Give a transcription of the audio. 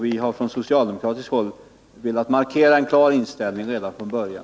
Vi har från socialdemokratiskt håll velat markera en klar inställning redan från början.